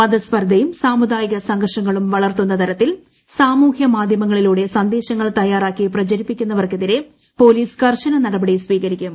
മതസ്പർധയും സാമുദായിക സംഘർഷങ്ങളും വളർത്തുന്ന തരത്തിൽ സാമൂഹ്യ മാധ്യമങ്ങളിലൂടെ സന്ദേശങ്ങൾ തയാറാക്കി പ്രചരിപ്പിക്കുന്നവർക്കെതിരെ പോലീസ് കർശന നടപടി സ്വീകരിക്കും